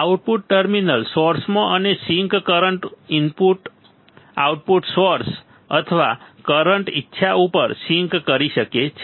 output terminal સોર્સમાં અને sink current in output source અથવા કરંટ ઇચ્છા ઉપર સિંક કરી શકે છે